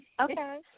Okay